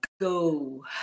go